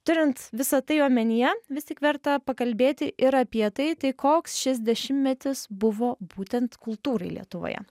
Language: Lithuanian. turint visa tai omenyje vis tik verta pakalbėti ir apie tai tai koks šis dešimtmetis buvo būtent kultūrai lietuvoje